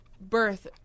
birth